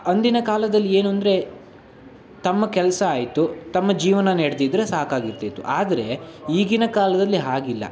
ಅಂದಿನ ಕಾಲದಲ್ಲಿ ಏನಂದ್ರೆ ತಮ್ಮ ಕೆಲಸ ಆಯಿತು ತಮ್ಮ ಜೀವನ ನೆಡೆದಿದ್ರೆ ಸಾಕಾಗಿರ್ತಿತ್ತು ಆದರೆ ಈಗಿನ ಕಾಲದಲ್ಲಿ ಹಾಗಿಲ್ಲ